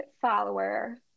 follower